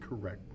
correct